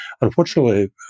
Unfortunately